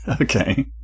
Okay